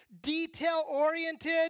detail-oriented